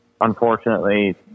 Unfortunately